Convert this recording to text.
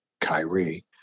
Kyrie